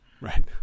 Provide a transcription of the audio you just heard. right